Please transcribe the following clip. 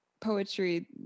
poetry